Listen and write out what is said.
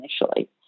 initially